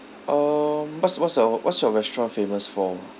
um what's what's your what's your restaurant famous for